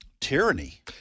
tyranny